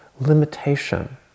limitation